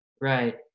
right